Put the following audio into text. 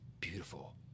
beautiful